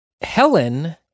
Helen